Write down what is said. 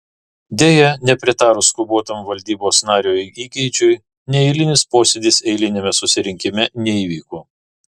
deja nepritarus skubotam valdybos nario įgeidžiui neeilinis posėdis eiliniame susirinkime neįvyko